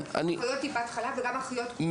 באחיות טיפת חלב וגם אחיות קופות החולים.